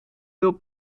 wilt